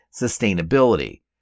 sustainability